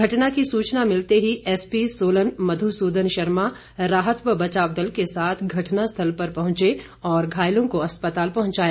घटना की सूचना मिलते ही एसपीसोलन मध् सूदन शर्मा राहत व बचाव दल के साथ घटना स्थल पर पहंचे और घायलों को अस्पताल पहंचाया